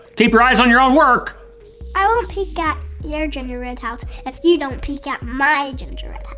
keep your eyes on your own work. i won't peek at your gingerbread house, if you don't peek at my gingerbread